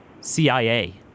CIA